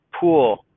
pool